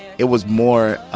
it was more